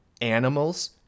animals